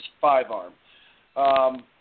five-arm